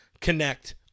connect